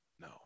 no